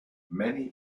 many